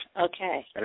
okay